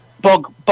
Bog